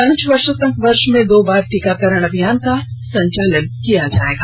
पांच वर्ष तक वर्ष में दो बार टीकाकरण अभियान का संचालन किया जायेगा